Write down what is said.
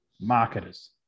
marketers